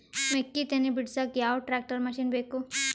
ಮೆಕ್ಕಿ ತನಿ ಬಿಡಸಕ್ ಯಾವ ಟ್ರ್ಯಾಕ್ಟರ್ ಮಶಿನ ಬೇಕು?